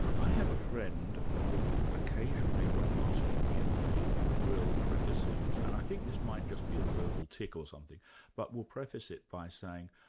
i have a friend who occasionally when asking me a favour, will preface it and i think this might just be a verbal tick or something but will preface it by saying,